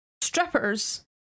Strippers